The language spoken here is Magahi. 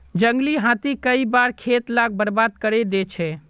जंगली हाथी कई बार खेत लाक बर्बाद करे दे छे